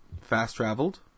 fast-traveled